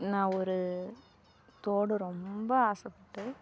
நான் ஒரு தோடு ரொம்ப ஆசைப்பட்டு